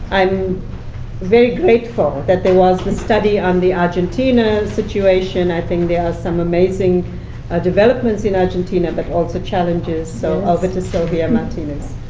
i'm very grateful that there was a study on the argentina situation i think there are some amazing ah developments in argentina, but also challenges. so over to silvia martinez.